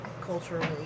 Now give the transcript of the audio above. culturally